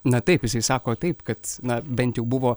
na taip jisai sako taip kad na bent jau buvo